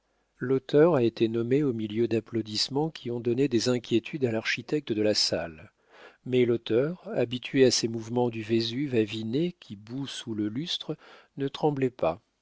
l'auteur a été nommé au milieu d'applaudissements qui ont donné des inquiétudes à l'architecte de la salle mais l'auteur habitué à ces mouvements du vésuve aviné qui bout sous le lustre ne tremblait pas